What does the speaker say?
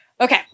Okay